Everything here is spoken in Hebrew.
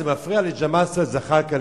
זה מפריע לג'מאל זחאלקה,